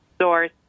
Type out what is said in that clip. source